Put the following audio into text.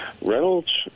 Reynolds